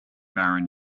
barron